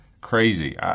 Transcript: crazy